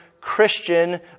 Christian